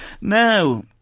Now